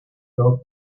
dog